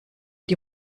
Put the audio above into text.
die